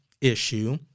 issue